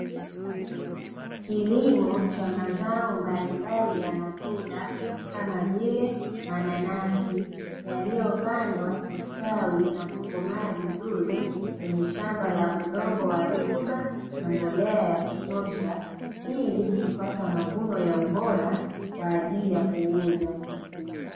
Kilimo cha mazao mbalimbali ya matunda kama vile mananasi, yaliyopandwa kustawi na kukomaa vizuri kwenye shamba la udongo wa rutuba na mbolea ya kutosha ili kupata mavuno ya ubora kwa ajili ya kuuza.